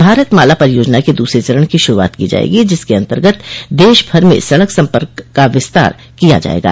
भारत माला परियोजना के दूसरे चरण की शुरूआत की जाएगी जिसके अंतर्गत देश भर में सड़क संपर्क का विस्तार किया जायेगा